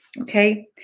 Okay